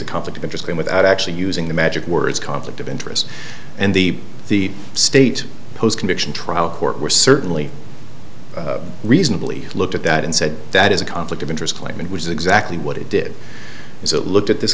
a conflict of interest and without actually using the magic words conflict of interest and the the state post conviction trial court were certainly reasonably looked at that and said that is a conflict of interest claim and which is exactly what it did is it looked at this